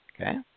Okay